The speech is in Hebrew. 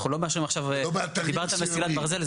אנחנו לא מאשרים עכשיו, דיברת על מסילת ברזל.